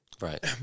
Right